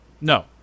No